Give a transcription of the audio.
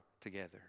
together